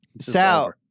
Sal